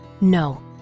No